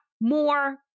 more